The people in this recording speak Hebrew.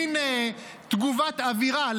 מין תגובת אווירה,